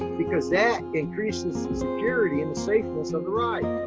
because that increases the security and safeness of the ride.